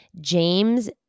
James